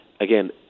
again